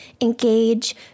engage